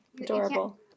adorable